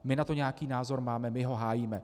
My na to nějaký názor máme, my ho hájíme.